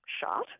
shot